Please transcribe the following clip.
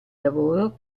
lavoro